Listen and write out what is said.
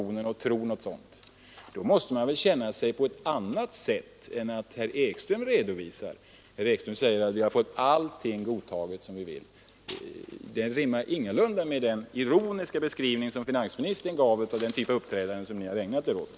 Om man tror något sådant, men sedan själv just gör så, är det väl inte som herr Ekström säger att ni har fått allt godtaget som ni vill. Det rimmar illa med den ironiska beskrivning som finansministern gjorde.